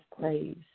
praise